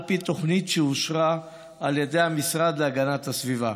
על פי תוכנית שאושרה על ידי המשרד להגנת הסביבה.